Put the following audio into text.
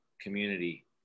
community